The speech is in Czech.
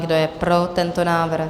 Kdo je pro tento návrh?